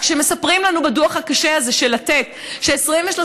אז כשמספרים לנו בדוח הקשה הזה של לתת ש-23%